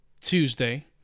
Tuesday